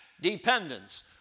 dependence